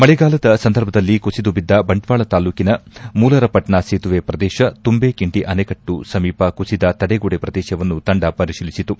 ಮಳೆಗಾಲದ ಸಂದರ್ಭದಲ್ಲಿ ಕುಸಿದು ಬಿದ್ದ ಬಂಟ್ವಾಳ ತಾಲೂಕಿನ ಮೂಲರಪಟ್ಟ ಸೇತುವೆ ಪ್ರದೇಶ ತುಂಬೆ ಕಿಂಡಿ ಅಣೆಕಟ್ಟು ಸಮೀಪ ಕುಸಿದ ತಡೆಗೋಡೆ ಪ್ರದೇಶವನ್ನು ತಂಡ ಪರಿಶೀಲಿಸಿತು